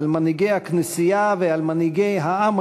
על מנהיגי הכנסייה ועל מנהיגי העם